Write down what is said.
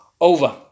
over